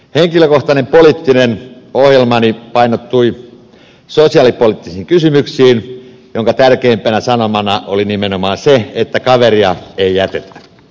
henkilökohtainen poliittinen ohjelmani painottui sosiaalipoliittisiin kysymyksiin joiden tärkeimpänä sanomana oli nimenomaan se että kaveria ei jätetä